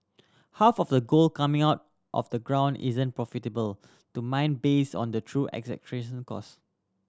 half of the gold coming out of the ground isn't profitable to mine based on the true cost